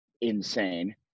insane